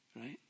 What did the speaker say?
right